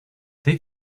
they